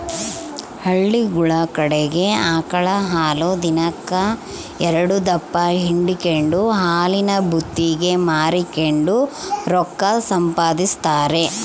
ಹಳ್ಳಿಗುಳ ಕಡಿಗೆ ಆಕಳ ಹಾಲನ್ನ ದಿನಕ್ ಎಲ್ಡುದಪ್ಪ ಹಿಂಡಿಕೆಂಡು ಹಾಲಿನ ಭೂತಿಗೆ ಮಾರಿಕೆಂಡು ರೊಕ್ಕ ಸಂಪಾದಿಸ್ತಾರ